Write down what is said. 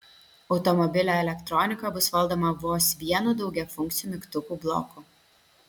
automobilio elektronika bus valdoma vos vienu daugiafunkciu mygtukų bloku